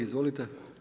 Izvolite.